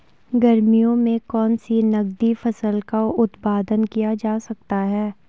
गर्मियों में कौन सी नगदी फसल का उत्पादन किया जा सकता है?